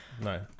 No